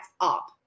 up